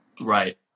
Right